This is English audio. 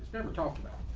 never talked about.